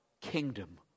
kingdom